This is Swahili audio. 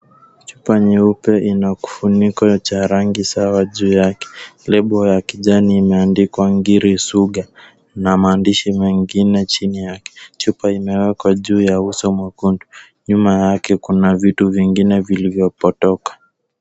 Chupa nyeupe ina kifuniko cha rangi sawa juu yake. Lebo ya kijani imeandikwa Ngiri Sugu na maandishi mengine chini yake. Chupa imewekwa juu ya uso mwekundu. Nyuma yake kuna vitu vingine vilivyopotoka.